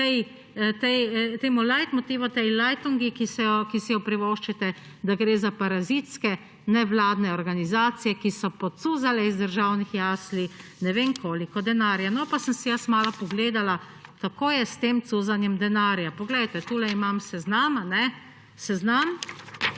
temu leitmotivu, tej lajtengi, ki si jo privoščite, da gre za parazitske nevladne organizacije, ki so pocuzale iz državnih jasli ne vem koliko denarja. No, pa sem si malo pogledala, kako je s tem cuzanjem denarja. Poglejte, tukaj imam seznam iz